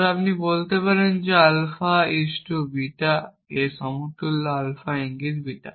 তবে আপনি বলতে পারেন আলফা ইজ টু বিটা এর সমতুল্য আলফা ইঙ্গিত বিটা